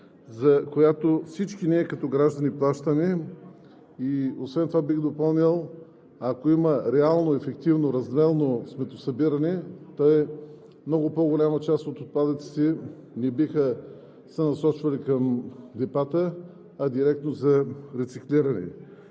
за която всички ние като граждани плащаме. Освен това бих допълнил, ако има реално, ефективно, разделно сметосъбиране, то много по-голяма част от отпадъците не биха се насочвали към депата, а директно за рециклиране.